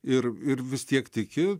ir ir vis tiek tiki